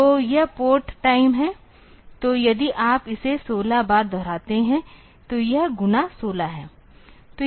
तो यह part time है तो यदि आप इसे 16 बार दोहराते हैं तो यह गुना 16 है